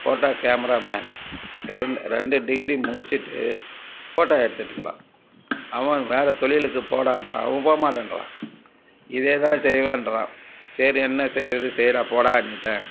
photo cameraman ரெண்டு degree முடிச்சுட்டு photo எடுத்துட்டு இருக்கிறான் அவன் வேறு தொழிலுக்கு போடான்னா அவன் போக மாட்டேங்றான் இதே தான் செய்வேங்றான் சரின்னு செய்யிறதை செய்யுடா போடான்னுட்டேன்